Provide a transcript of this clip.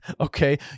okay